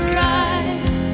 right